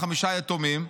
חמישה יתומים,